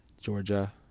Georgia